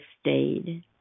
stayed